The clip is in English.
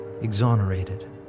exonerated